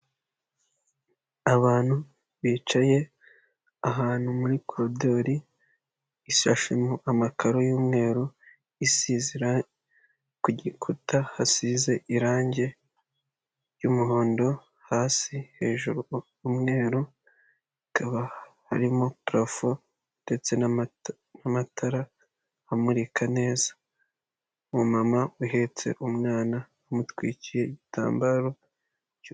Abantu bicaye ahantu muri koroderi isashi irimo amakaro y'umweru ku gikuta hasize irange ry'umuhondo hasi hejuru umweru hakaba harimo purafo ndetse n'amatara amurika neza, umumama uhetse umwana amutwiki igitambaro.